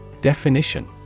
Definition